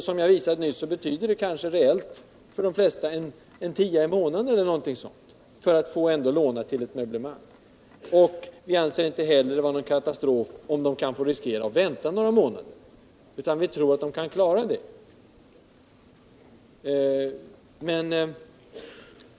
Som jag visade nyss betyder det kanske reellt för de flesta en tia i månaden eller någonting sådant — för att låna till ett möblemang. Vi anser det inte heller vara någon katastrof om de låneberättigade kan riskera att få vänta några månader, utan vi tror att de kan klara det.